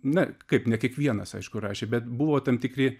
na kaip ne kiekvienas aišku rašė bet buvo tam tikri